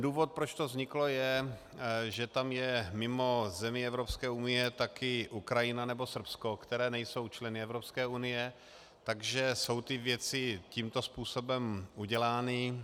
Důvod, proč to vzniklo, je, že tam je mimo zemí Evropské unie také Ukrajina nebo Srbsko, které nejsou členy Evropské unie, takže jsou ty věci tímto způsobem udělány.